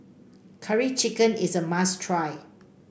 Curry Chicken is a must try